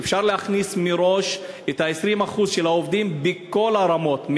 ואפשר מראש להכניס 20% של העובדים בכל הרמות,